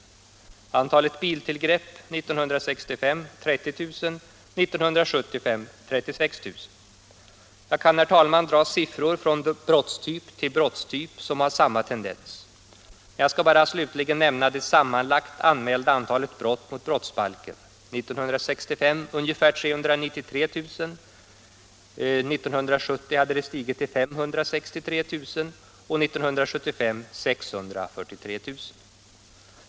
1970 hade antalet stigit till 563 000 och 1975 till 643 000.